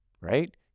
right